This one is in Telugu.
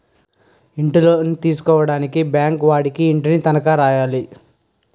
ఇంటిలోను తీసుకోవడానికి బ్యాంకు వాడికి ఇంటిని తనఖా రాయాలి